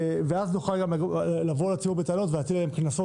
ואז נוכל גם לבוא לציבור בטענות ולהטיל עליהם קנסות